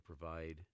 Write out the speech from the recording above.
provide